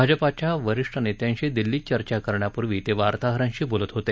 भाजपाच्या वरिष्ठ नेत्यांशी दिल्लीत चर्चा करण्यापूर्वी ते वार्ताहरांशी बोलत होते